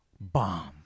bomb